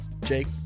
Jake